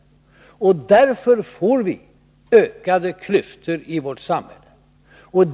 Därför får vi ökade klyftor i vårt samhälle.